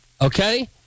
okay